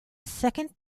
second